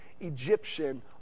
Egyptian